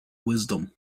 wisdom